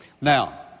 Now